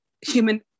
human